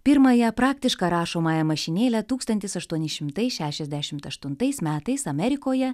pirmąją praktišką rašomąją mašinėlę tūkstantis aštuoni šimtai šešiasdešimt aštuntais metais amerikoje